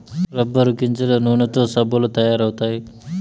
rubber గింజల నూనెతో సబ్బులు తయారు అవుతాయి